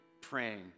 praying